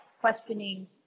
questioning